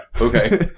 okay